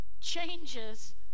changes